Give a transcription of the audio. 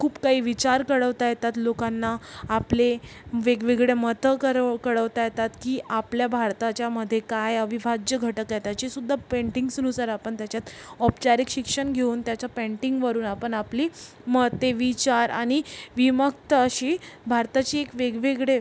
खूप काही विचार कळवता येतात लोकांना आपले वेगवेगळे मतं करव कळवता येतात की आपल्या भारताच्यामध्ये काय अविभाज्य घटक आहे त्याचीसुद्धा पेंटिंग्सनुसार आपण त्याच्यात औपचारिक शिक्षण घेऊन त्याच्या पेंटिंगवरून आपण आपली मते विचार आणि विमुक्त अशी भारताची एक वेगवेगळे